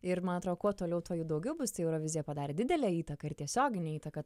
ir man atro kuo toliau tuo jų daugiau bus tai eurovizija padarė didelę įtaką ir tiesioginę įtaką